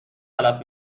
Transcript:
تلف